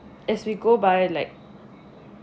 as we go by like